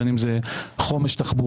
בין אם זה חומש תחבורה,